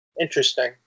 interesting